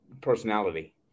personality